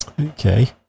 Okay